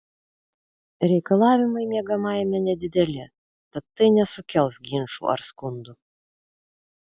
reikalavimai miegamajame nedideli tad tai nesukels ginčų ar skundų